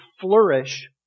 flourish